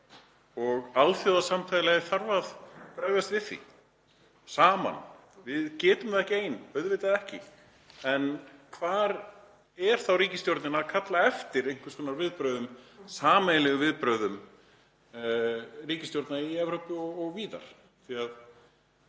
og alþjóðasamfélagið þarf að bregðast við því saman. Við getum það ekki ein, auðvitað ekki. En hvar er þá ríkisstjórnin að kalla eftir einhvers konar viðbrögðum, sameiginlegum viðbrögðum ríkisstjórna í Evrópu og víðar?